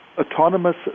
autonomous